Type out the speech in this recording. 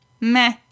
meh